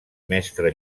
mestre